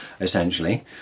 essentially